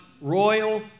royal